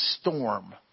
storm